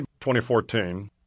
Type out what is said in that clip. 2014